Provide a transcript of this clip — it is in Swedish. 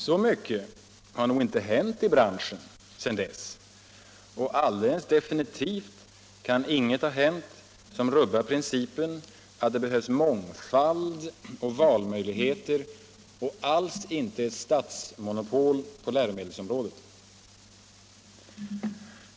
Så mycket har nog inte hänt i branschen sedan dess, och alldeles definitivt kan inget ha hänt som rubbar principen att det behövs mångfald och valmöjligheter och alls inte ett statsmonopol på läromedelsområdet.